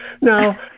Now